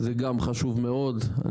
זה גם חשוב מאוד.